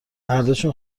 مرداشون